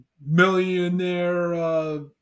millionaire